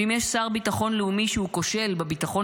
ואם יש שר ביטחון לאומי שהוא כושל בביטחון